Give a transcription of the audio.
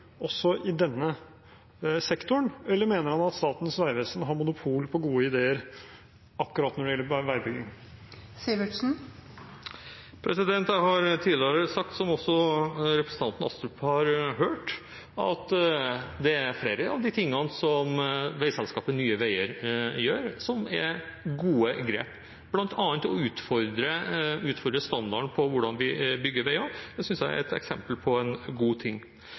også i denne sektoren, eller mener han at Statens vegvesen har monopol på gode ideer akkurat når det gjelder veibygging? Jeg har tidligere sagt, som også representanten Astrup har hørt, at det er flere av de tingene som veiselskapet Nye Veier gjør, som er gode grep, bl.a. å utfordre standarden for hvordan vi bygger veier. Det synes jeg er et eksempel på en god ting.